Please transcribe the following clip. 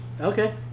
Okay